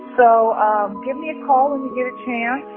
so um give me a call when you get a chance,